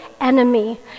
enemy